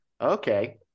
okay